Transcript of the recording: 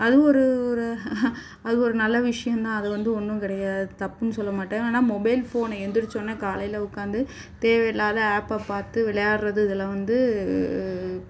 அது ஒரு ஒரு அது ஒரு நல்ல விஷயம் தான் அது வந்து ஒன்றும் கிடையாது தப்புன்னு சொல்ல மாட்டேன் ஆனால் மொபைல் ஃபோனை எழுந்திரிச்சவொன்னே காலையில் உட்காந்து தேவையில்லாத ஆப்பை பார்த்து விளையாடுறது இதெல்லாம் வந்து